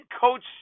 coach